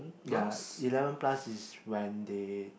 ya eleven plus is when they